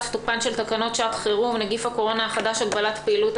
תוקפן של תקנות שעת חירום (נגיף הקורונה החדש הגבלת פעילות),